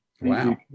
Wow